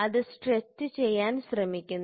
അത് സ്ട്രെച് ചെയ്യാൻ ശ്രമിക്കുന്നു